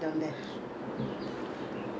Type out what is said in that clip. I heard they all got fights all down there every time